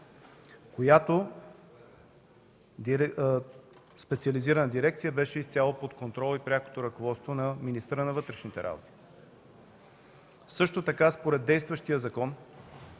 която специализирана дирекция беше изцяло под контрола и прякото ръководство на министъра на вътрешните работи. Също така, според действащия закон,